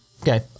Okay